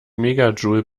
megajoule